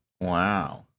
Wow